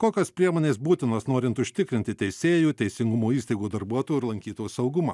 kokios priemonės būtinos norint užtikrinti teisėjų teisingumo įstaigų darbuotojų ir lankytojų saugumą